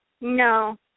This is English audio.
No